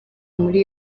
muri